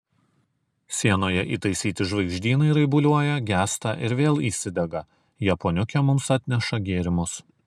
sienoje įtaisyti žvaigždynai raibuliuoja gęsta ir vėl įsidega japoniukė mums atneša gėrimus